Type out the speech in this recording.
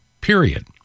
Period